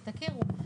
שתכירו,